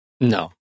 No